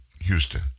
Houston